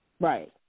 Right